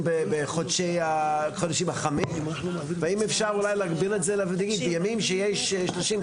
בחדשים החמים והאם אפשר אולי להגביל את זה לימים חמים.